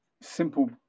simple